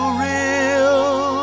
real